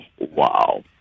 Wow